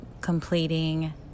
completing